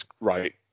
right